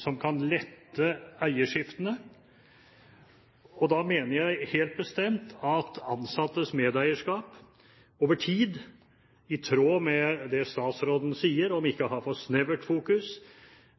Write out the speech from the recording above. som kan lette eierskiftene. Da mener jeg helt bestemt at en når det gjelder ansattes medeierskap over tid, i tråd med det statsråden sier om ikke å ha for snevert fokus,